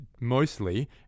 mostly